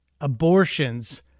abortions